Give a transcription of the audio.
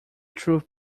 truth